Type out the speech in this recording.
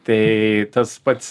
tai tas pats